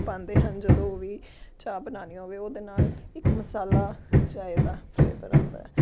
ਪਾਂਦੇ ਹਨ ਜਦੋਂ ਵੀ ਚਾਹ ਬਣਾਉਣੀ ਹੋਵੇ ਉਹਦੇ ਨਾਲ ਇੱਕ ਮਸਾਲਾ ਚਾਏ ਦਾ ਫਲੇਵਰ ਆਉਂਦਾ ਹੈ